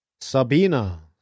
Sabina